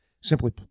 simply